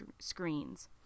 screens